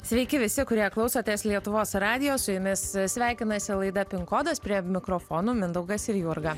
sveiki visi kurie klausotės lietuvos radijo su jumis sveikinasi laida pin kodas prie mikrofonų mindaugas ir jurga